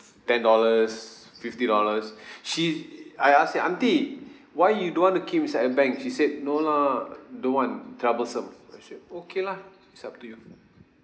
ten dollars fifty dollars she I asked her auntie why you don't want to keep inside a bank she said no lah don't want troublesome oh sure okay lah it's up to you